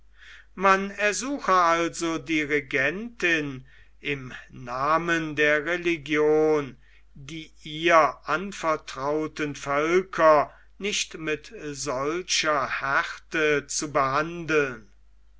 man ersuche also die regentin im namen der religion die ihr anvertrauten völker nicht mit solcher härte zu behandeln